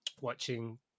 watching